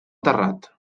terrat